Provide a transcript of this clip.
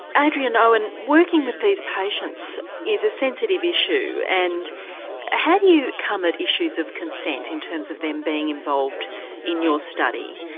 ah adrian owen, working with these patients is a sensitive issue and how do you come at issues of consent in terms of them being involved in your study?